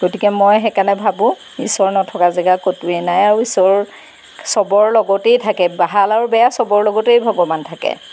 গতিকে মই সেইকাৰণে ভাবোঁ ঈশ্বৰ নথকা জেগা ক'তোৱেই নাই আৰু ঈশ্বৰ সবৰ লগতেই থাকে ভাল আৰু বেয়া সবৰ লগতেই ভগৱান থাকে